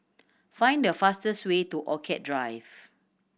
find the fastest way to Orchid Drive